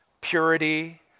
purity